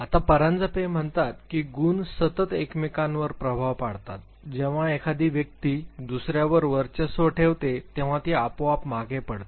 आता परांजपे म्हणतात की गुण सतत एकमेकांवर प्रभाव पाडतात जेव्हा एखादी व्यक्ती दुसर्यावर वर्चस्व ठेवते तेव्हा ती आपोआप मागे पडते